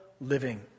living